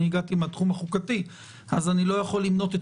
אני הגעתי מהתחום החוקתי אז אני לא יכול למנות את